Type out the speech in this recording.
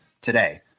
today